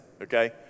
okay